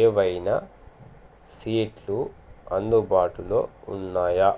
ఏవైనా సీట్లు అందుబాటులో ఉన్నాయా